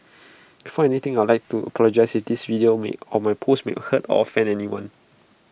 before anything I would like to apologise if this video or my post may hurt or offend anyone